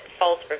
false